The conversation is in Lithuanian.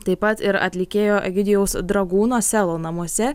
taip pat ir atlikėjo egidijaus dragūno selo namuose